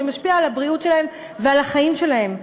שמשפיע על הבריאות שלהם ועל החיים שלהם.